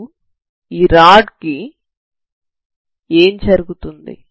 అప్పుడు ఈ రాడ్ కి ఏమి జరుగుతుంది